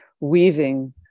weaving